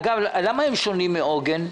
אגב, למה הם שונים מ"עוגן"?